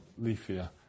leafier